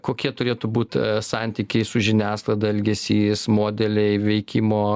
kokie turėtų būt santykiai su žiniasklaida elgesys modeliai veikimo